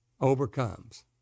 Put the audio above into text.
overcomes